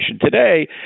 today